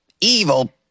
evil